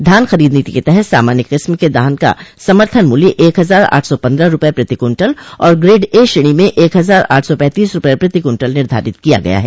धान खरीद नीति के तहत सामान्य किस्म के धान का समर्थन मूल्य एक हजार आठ सौ पन्द्रह रूपये प्रति कुन्टल और ग्रेड ए श्रेणी में एक हजार आठ सौ पैंतीस रूपये प्रति कुन्टल निर्धारित किया गया है